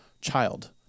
child